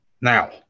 Now